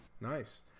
Nice